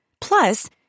Plus